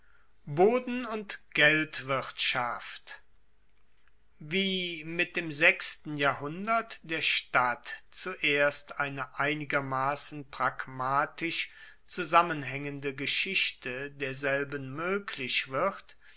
boden und geldwirtschaft wie mit dem sechsten jahrhundert der stadt zuerst eine einigermassen pragmatisch zusammenhaengende geschichte derselben moeglich wird